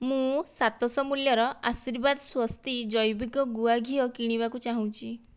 ମୁଁ ସାତ ଶହ ମୂଲ୍ୟର ଆଶୀର୍ବାଦ ସ୍ଵସ୍ତି ଜୈବିକ ଗୁଆଘିଅ କିଣିବାକୁ ଚାହୁଁଛି